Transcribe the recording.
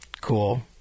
cool